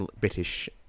British